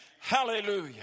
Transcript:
Hallelujah